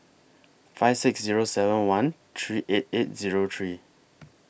five six Zero seven one three eight eight Zero three